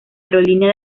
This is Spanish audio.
aerolínea